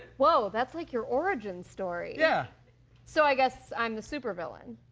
whoa, that's like your origin story. yeah so i guess i'm the supervillian?